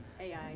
AI